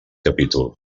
capítol